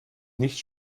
nicht